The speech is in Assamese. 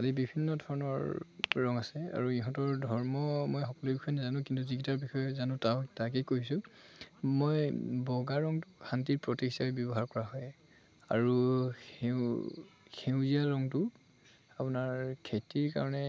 আদি বিভিন্ন ধৰণৰ ৰং আছে আৰু ইহঁতৰ ধৰ্ম মই সকলো বিষয়ে নেজানো কিন্তু যিকেইটাৰ বিষয়ে জানো তাক তাকেই কৈছোঁ মই বগা ৰংটো শান্তিৰ প্ৰতিক হিচাপে ব্যৱহাৰ কৰা হয় আৰু সেউ সেউজীয়া ৰংটো আপোনাৰ খেতিৰ কাৰণে